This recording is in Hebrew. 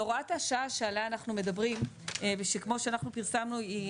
בהוראת השעה שעליה אנחנו מדברים ושכמו שאנחנו פרסמנו היא